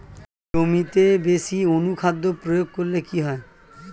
জমিতে বেশি অনুখাদ্য প্রয়োগ করলে কি হয়?